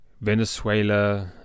Venezuela